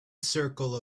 circle